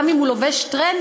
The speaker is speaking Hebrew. גם אם הוא לובש טרנינג,